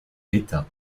l’état